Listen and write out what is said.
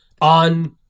on